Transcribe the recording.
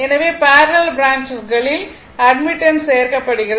எனவே parallel branches களில் admittance சேர்க்கப்படுகிறது